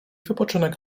wypoczynek